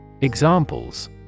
Examples